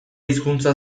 hizkuntza